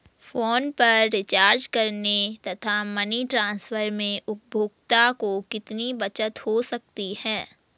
Phone पर recharge करने तथा मनी ट्रांसफर में उपभोक्ता को कितनी बचत हो सकती है?